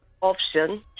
option